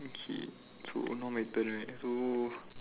okay so now my turn right so